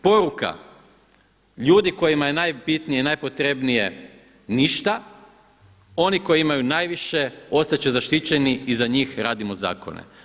Poruka ljudi kojima je najbitnije i najpotrebnije ništa, oni koji imaju najviše ostat će zaštićeni i za njih radimo zakone.